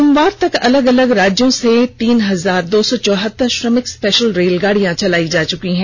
सोमवार तक अलग अलग राज्यों से तीन हजार दो सौ चौहतर श्रमिक स्पेशल रेलगाड़ियां चलाई जा चुकी हैं